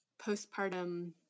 postpartum